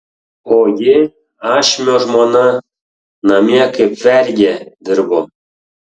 o ji ašmio žmona namie kaip vergė dirbo